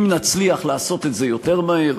אם נצליח לעשות את זה יותר מהר,